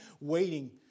waiting